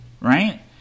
right